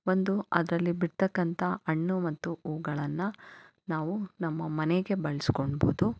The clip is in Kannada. ಒಂದು ಅದರಲ್ಲಿ ಬಿಡ್ತಕ್ಕಂಥ ಹಣ್ಣು ಮತ್ತು ಹೂಗಳನ್ನ ನಾವು ನಮ್ಮ ಮನೆಗೆ ಬಳ್ಸಕೊಳ್ಬೋದು